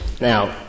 Now